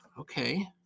okay